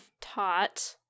taught